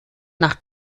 nach